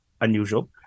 unusual